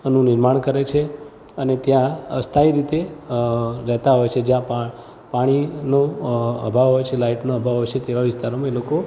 નું નિર્માણ કરે છે અને ત્યાં અસ્થાયી રીતે રહેતા હોય છે જ્યાં પણ પાણીનો અભાવ હોય છે લાઈટનો અભાવ હોય છે તેવા વિસ્તારમાં એ લોકો